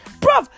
Bro